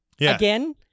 again